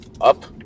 up